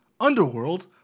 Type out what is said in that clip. Underworld